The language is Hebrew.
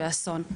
באסון.